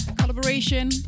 collaboration